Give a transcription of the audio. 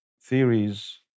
theories